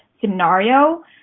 scenario